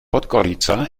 podgorica